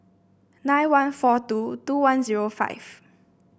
nine one four two two one zero five